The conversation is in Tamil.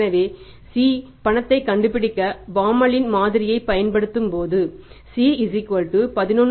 எனவே Cபணத்தைக் கண்டுபிடிக்க பாமோலின் மாதிரியைப் பயன்படுத்தும்போது C 11